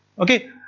ok?